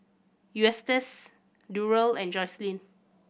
Eustace Durell and Joselyn